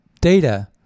data